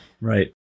Right